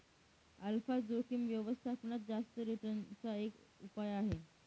alpha जोखिम व्यवस्थापनात जास्त रिटर्न चा एक उपाय आहे